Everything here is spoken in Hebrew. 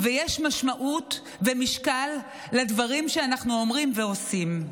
ויש משמעות ומשקל לדברים שאנחנו אומרים ועושים.